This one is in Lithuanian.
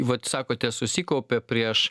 vat sakote susikaupė prieš